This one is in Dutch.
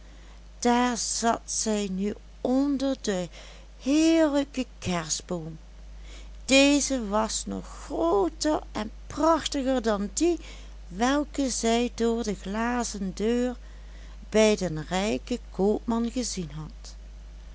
daar zat zij nu onder den heerlijken kerstboom deze was nog grooter en prachtiger dan die welken zij door de glazen deur bij den rijken koopman gezien had